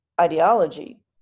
ideology